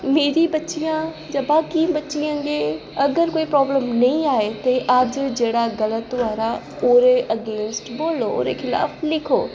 मेरी बच्चियां जां बाकी बच्चियां गी अगर कोई प्रॉब्लम नेईं आवै ते अज्ज जेह्ड़ा गलत होआ दा ओह्दे अगेंस्ट बोल्लो ओह्दे खलाफ बोल्लो लिखो